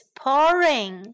pouring